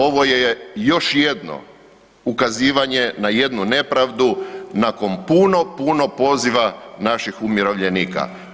Ovo je još jedno ukazivanje na jednu nepravdu nakon puno, puno poziva naših umirovljenika.